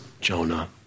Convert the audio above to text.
Jonah